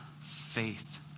faith